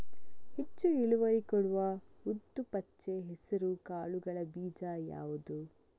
ಹೆಚ್ಚು ಇಳುವರಿ ಕೊಡುವ ಉದ್ದು, ಪಚ್ಚೆ ಹೆಸರು ಕಾಳುಗಳ ಬೀಜ ಯಾವುದು?